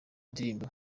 ndirimbo